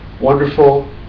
wonderful